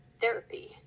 therapy